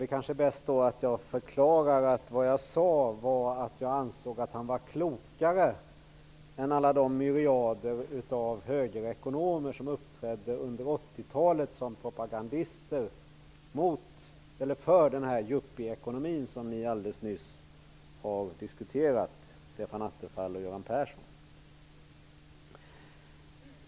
Det kanske är bäst att jag förklarar att det jag sade var att jag ansåg att han var klokare än alla de myriader av högerekonomer som uppträdde under 80-talet som propagandister för den yuppieekonomi som Stefan Attefall och Göran Persson alldeles nyss har diskuterat.